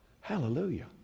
Hallelujah